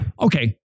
Okay